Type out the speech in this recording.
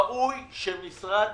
ראוי שמשרד